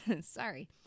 sorry